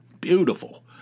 Beautiful